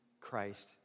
Christ